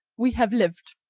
we have lived!